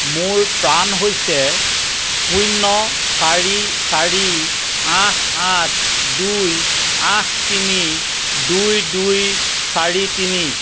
মোৰ পান হৈছে শূন্য চাৰি চাৰি আঠ আঠ দুই আঠ তিনি দুই দুই চাৰি তিনি